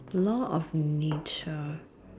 law of nature